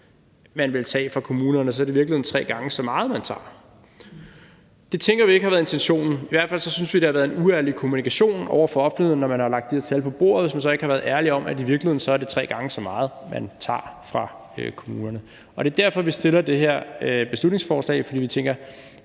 man ville tage fra kommunerne – og så er det i virkeligheden tre gange så meget, man tager. Det tænker vi ikke har været intentionen. I hvert fald synes vi, at der har været en uærlig kommunikation over for offentligheden, når man har lagt de her tal på bordet og så ikke har været ærlig om, at det i virkeligheden er tre gange så meget, man tager fra kommunerne. Det er derfor, vi har fremsat det her beslutningsforslag. Vi tænker,